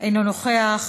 אינו נוכח,